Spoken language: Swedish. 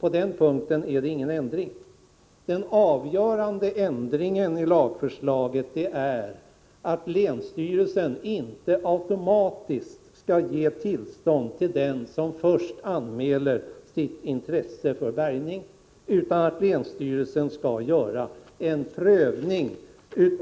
På den punkten är det ingen ändring. Den avgörande ändringen i lagförslaget är att länsstyrelsen inte automatiskt skall ge tillstånd till den som först anmäler sitt intresse för bärgning, utan att länsstyrelsen skall göra en prövning